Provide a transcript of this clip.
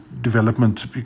development